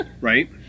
Right